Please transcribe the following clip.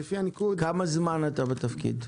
כמה זמן אתה בתפקיד?